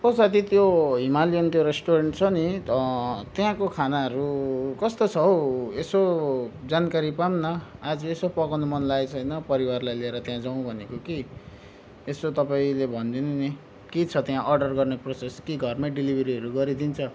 ओ साथी त्यो हिमालयन त्यो रेस्टुरेन्ट छ नि त्यहाँको खानाहरू कस्तो छ हो यसो जानकारी पाऊँ न आज यसो पकाउनु मन लागेको छैन् परिवारलाई लिएर त्यहाँ जाऊँ भनेको कि यसो तपाईँले भनिदिनु नि के छ त्यहाँ अर्डर गर्ने प्रोसेस कि घरमै डिलिभरीहरू गरिदिन्छ